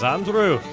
Andrew